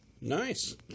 Nice